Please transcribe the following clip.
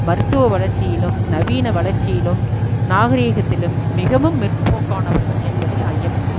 மருத்துவ வளர்ச்சியிலும் நவீன வளர்ச்சியிலும் நாகரீகத்திலும் மிகவும் முற்போக்கானவர்கள் என்பதில் ஐயமில்லை